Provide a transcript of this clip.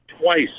twice